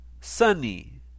sunny